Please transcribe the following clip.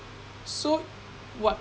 so what